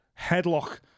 headlock